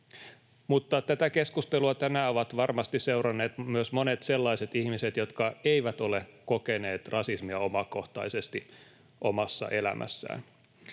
Tätä keskustelua tänään ovat varmasti seuranneet myös monet sellaiset ihmiset, jotka eivät ole kokeneet rasismia omakohtaisesti omassa elämässään.